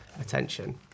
attention